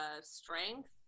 strength